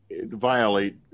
violate